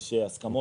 יש הסכמות.